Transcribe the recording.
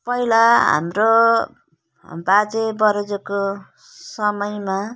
पहिला हाम्रो बाजे बराजुको समयमा